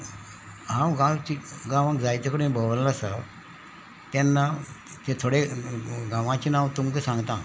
हांव हांव गांवची गांवांक जायते कडेन भोंवल्लो आसा तेन्ना तें थोडें गांवाचीं नांवां तुमकां सांगता